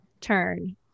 turn